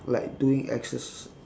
like doing exercise